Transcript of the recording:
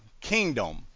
kingdom